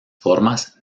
formas